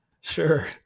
sure